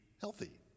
healthy